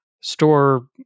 store